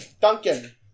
duncan